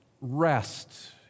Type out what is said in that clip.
rest